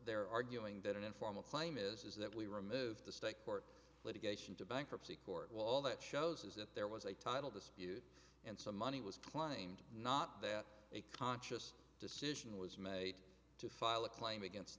they're arguing that an informal claim is that we remove the state court litigation to bankruptcy court will all that shows is that there was a title dispute and some money was claimed not that a conscious decision was made to file a claim against